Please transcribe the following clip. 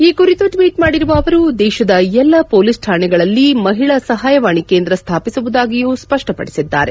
ಈ ಕುರಿತು ಟ್ವೀಟ್ ಮಾಡಿರುವ ಅವರು ದೇಶದ ಎಲ್ಲಾ ಪೊಲೀಸ್ ಕಾಣೆಗಳಲ್ಲಿ ಮಹಿಳಾ ಸಹಾಯವಾಣಿ ಕೇಂದ್ರ ಸ್ಥಾಪಿಸುವುದಾಗಿಯೂ ಅವರು ಸ್ವಷ್ಟಪಡಿಸಿದ್ದಾರೆ